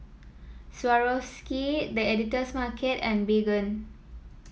Swarovski The Editor's Market and Baygon